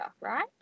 right